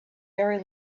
very